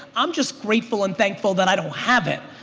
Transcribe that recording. i'm just grateful and thankful that i don't have it.